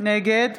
נגד